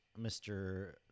Mr